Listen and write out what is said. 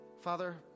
Father